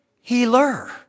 healer